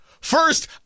first